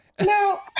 No